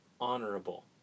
honorable